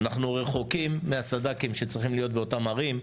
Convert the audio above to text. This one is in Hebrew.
אנחנו רחוקים מהסד"כים שצריכים להיות באותן ערים.